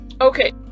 Okay